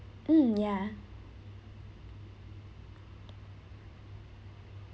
mm ya